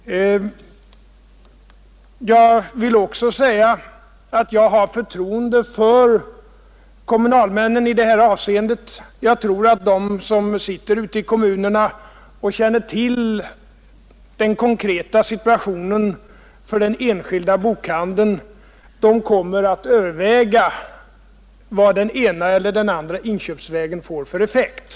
Jag har förtroende för kommunalmännen i det här avseendet. Jag tror att de som sitter ute i kommunerna och känner till den konkreta situationen för den enskilda bokhandeln kommer att överväga vad den ena eller andra inköpsvägen får för effekt.